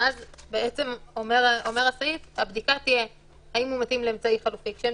ואז אומר הסעיף שהבדיקה תהיה האם הוא מתאים לאמצעי חלופי,